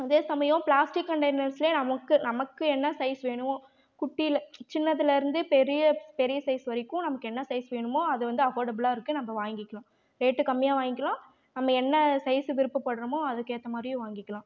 அதே சமயம் பிளாஸ்டிக் கன்டைனர்ஸில் நமக்கு நமக்கு என்ன சைஸ் வேணுமோ குட்டியில் சின்னதில் இருந்து பெரிய பெரிய சைஸ் வரைக்கும் நமக்கு என்ன சைஸ் வேணுமோ அது வந்து அஃபோர்டபுளாக இருக்கு நம்ம வாங்கிக்கலாம் ரேட்டு கம்மியாக வாங்கிக்கலாம் நம்ம என்ன சைஸு விருப்பப்படுறோமோ அதுக்கு ஏற்ற மாதிரியும் வாங்கிக்கலாம்